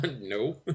No